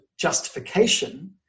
justification